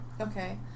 Okay